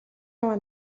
яваа